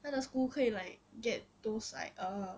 她的 school 可以 like get those like err